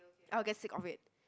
I'll get sick of it